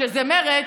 שזה מרצ,